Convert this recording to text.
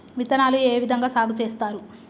విత్తనాలు ఏ విధంగా సాగు చేస్తారు?